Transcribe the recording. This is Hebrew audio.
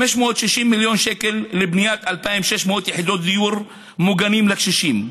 560 מיליון שקל לבניית 2,600 יחידות דיור מוגנות לקשישים,